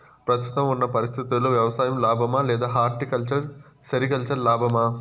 ప్రస్తుతం ఉన్న పరిస్థితుల్లో వ్యవసాయం లాభమా? లేదా హార్టికల్చర్, సెరికల్చర్ లాభమా?